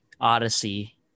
Odyssey